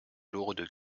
lourdes